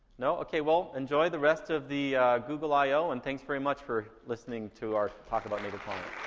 no? okay, well, enjoy the rest of the google io and thanks very much for listening to our talk about native client.